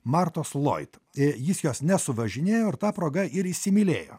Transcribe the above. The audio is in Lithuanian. martos loid i jis jos nesuvažinėjo ir ta proga ir įsimylėjo